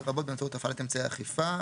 לרבות באמצעות הפעלת אמצעי אכיפה";